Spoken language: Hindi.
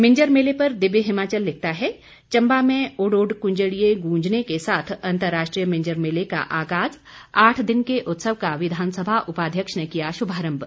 मिंजर मेला पर दिव्य हिमाचल लिखता है चंबा में उड उड कुंजड़िए गूंजने के साथ अंतर्राष्ट्रीय मिंजर मेले का आगाज आठ दिन के उत्सव का विधानसभा उपाध्यक्ष ने किया शुभारम्भ